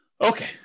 Okay